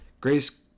Grace